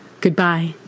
Goodbye